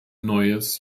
neues